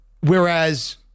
Whereas